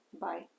Bye